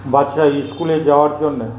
বাচ্চা ইস্কুলে যাওয়ার জন্যে